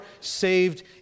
saved